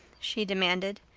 she demanded.